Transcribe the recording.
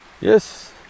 Yes